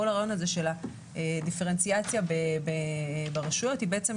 כל הרעיון הזה של הדיפרנציאציה ברשויות היא בעצם